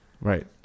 Right